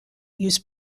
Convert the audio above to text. use